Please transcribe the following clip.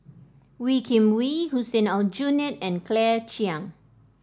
Wee Kim Wee Hussein Aljunied and Claire Chiang